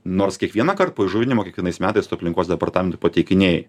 nors kiekvienąkart po įžuvinimo kiekvienais metais tu aplinkos departamentui pateikinėji